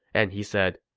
and he said,